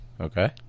Okay